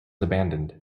abandoned